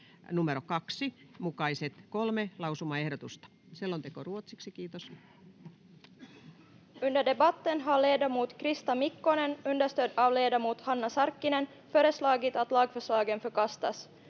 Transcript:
2 mukaiset kolme lausumaehdotusta. — Selonteko ruotsiksi. Toiseen